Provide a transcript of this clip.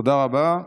תודה רבה.